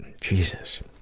Jesus